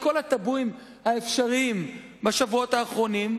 כל הטבואים האפשריים בשבועות האחרונים,